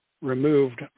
removed